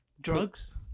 Drugs